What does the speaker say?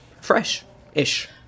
fresh-ish